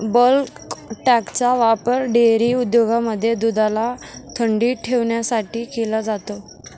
bulk टँकचा वापर dairy उद्योगांमध्ये दुधाला थंडी ठेवण्यासाठी केला जातो